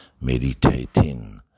meditating